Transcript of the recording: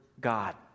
God